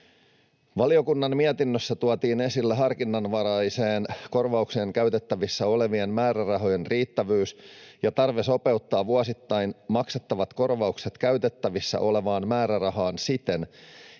Valiokunnan mietinnössä tuotiin esille harkinnanvaraiseen korvaukseen käytettävissä olevien määrärahojen riittävyys ja tarve sopeuttaa vuosittain maksettavat korvaukset käytettävissä olevaan määrärahaan siten,